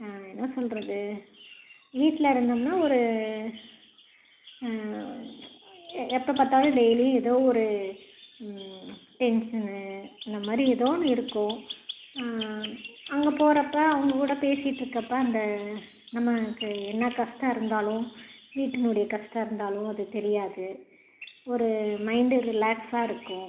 என்ன சொல்வது வீட்டில் இருந்தோம்னால் ஒரு எப்போ பார்த்தாலும் டெய்லியும் ஏதோ ஒரு டென்ஷனு இந்தமாதிரி ஏதோ ஒன்று இருக்கும் அங்கே போறப்போ அவங்ககூட பேசிட்டிருக்கப்போ அந்த நமக்கு என்ன கஷ்டம் இருந்தாலும் வீட்டினுடைய கஷ்டம் இருந்தாலும் அது தெரியாது ஒரு மைண்டு ரிலாக்ஸாக இருக்கும்